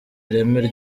ireme